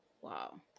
Wow